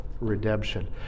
redemption